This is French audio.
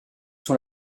son